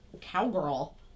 cowgirl